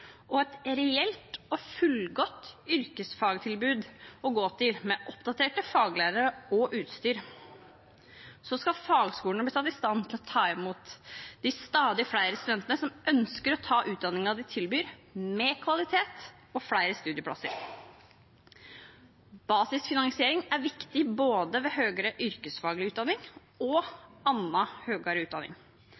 og et reelt og fullgodt yrkesfaglig tilbud å gå til, med oppdaterte faglærere og utstyr. Fagskolene skal bli satt i stand til å ta imot de stadig flere studentene som ønsker å ta utdanningen de tilbyr, med kvalitet og flere studieplasser. Basisfinansiering er viktig både ved høyere yrkesfaglig utdanning og